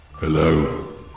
Hello